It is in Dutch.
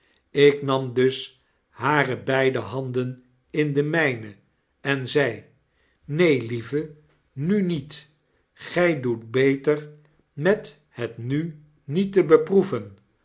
ik nam dus hare beide handen in de mijne en zei neen lieve nu niet gij doet beter met het nu niet te beproeven